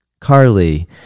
Carly